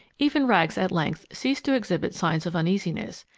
even rags at length ceased to exhibit signs of uneasiness,